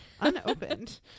Unopened